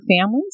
Families